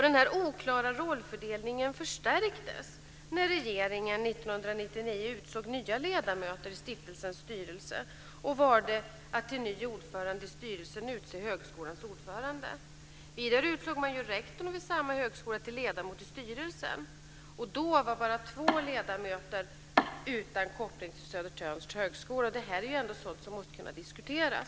Den oklara rollfördelningen förstärktes när regeringen 1999 utsåg nya ledamöter i stiftelsens styrelse och valde att till ny ordförande i styrelsen utse högskolans ordförande. Vidare utsåg man rektorn vid samma högskola till ledamot i styrelsen. Då var bara två ledamöter utan koppling till Södertörns högskola. Det här är sådant som måste kunna diskuteras.